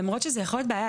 למרות שזה יכול להיות בעיה.